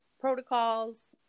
protocols